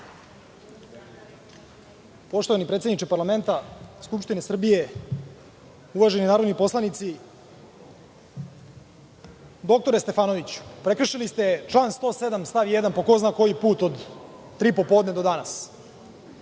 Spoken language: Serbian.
Poštovani predsedniče parlamenta Skupštine Srbije, uvaženi narodni poslanici, dr Stefanoviću prekršili ste član 107. stav 1. po ko zna koji put od tri popodne do danas. Bez